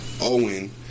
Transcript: Owen